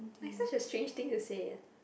like such a strange thing to say